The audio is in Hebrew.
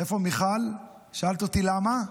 איפה מיכל, שאלת אותי למה,